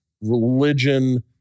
religion